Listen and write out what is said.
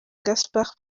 gaspard